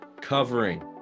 covering